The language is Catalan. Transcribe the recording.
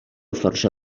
força